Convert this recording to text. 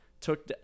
took